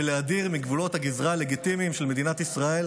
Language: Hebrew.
ולהדיר את האדם הזה מגבולות הגזרה הלגיטימיים של מדינת ישראל.